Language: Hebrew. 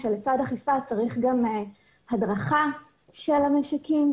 שלצד אכיפה צריך גם הדרכה של המשקים.